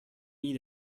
eat